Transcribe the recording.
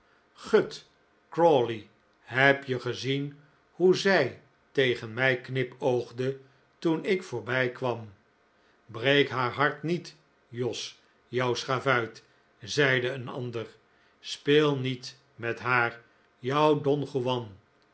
gut crawley heb je gezien hoe zij tegen mij knipoogde toen ik voorbijkwam breek haar hart niet jos jou schavuit zeide een ander speel niet met haar jou don juan